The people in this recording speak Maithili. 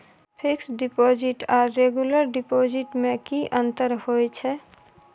फिक्स डिपॉजिट आर रेगुलर डिपॉजिट में की अंतर होय छै?